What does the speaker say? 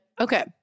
okay